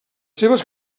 seves